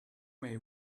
may